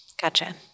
Gotcha